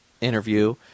interview